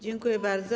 Dziękuję bardzo.